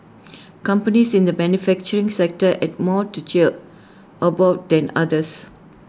companies in the manufacturing sector had more to cheer about than others